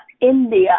India